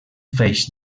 feix